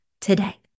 today